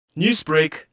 Newsbreak